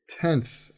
tenth